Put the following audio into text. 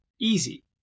easy